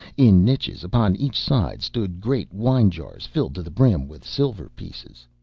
in niches upon each side stood great wine-jars filled to the brim with silver pieces.